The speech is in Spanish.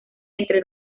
entre